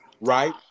Right